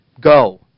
Go